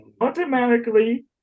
automatically